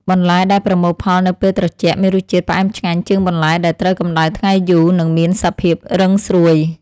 បន្លែដែលប្រមូលផលនៅពេលត្រជាក់មានរសជាតិផ្អែមឆ្ងាញ់ជាងបន្លែដែលត្រូវកម្ដៅថ្ងៃយូរ និងមានសភាពរឹងស្រួយ។